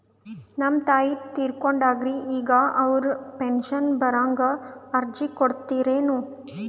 ನಮ್ ತಾಯಿ ತೀರಕೊಂಡಾರ್ರಿ ಈಗ ಅವ್ರ ಪೆಂಶನ್ ಬರಹಂಗ ಅರ್ಜಿ ಕೊಡತೀರೆನು?